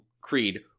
creed